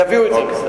יביאו את זה.